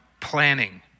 planning